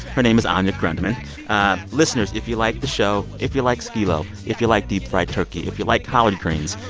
her name is anya grundmann listeners, if you like the show, if you like skee-lo, if you like deep-fried turkey, if you like collard greens,